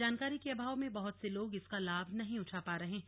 जानकारी के अभाव में बहुत से लोग इसका लाभ नहीं उठा पा रहे हैं